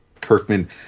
kirkman